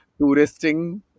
touristing